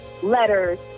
letters